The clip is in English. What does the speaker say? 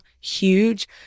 huge